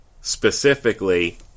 specifically